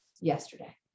yesterday